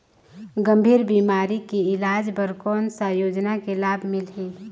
गंभीर बीमारी के इलाज बर कौन सा योजना ले लाभ मिलही?